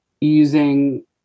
using